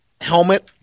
helmet